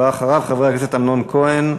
הבא אחריו, חבר הכנסת אמנון כהן,